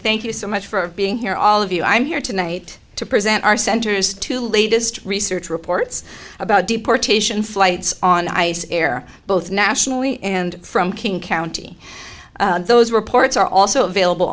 thank you so much for being here all of you i'm here tonight to present our centers to latest research reports about deportation flights on ice air both nationally and from king county those reports are also available